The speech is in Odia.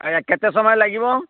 ଆଜ୍ଞା କେତେ ସମୟ ଲାଗିବ